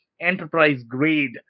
enterprise-grade